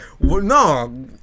No